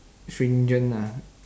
stringent ah